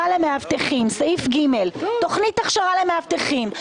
בסעיף ג' יש תוכנית הכשרה למאבטחים.